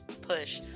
push